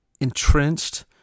entrenched